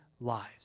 lives